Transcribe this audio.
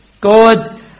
God